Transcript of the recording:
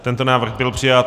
Tento návrh byl přijat.